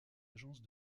agence